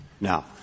Now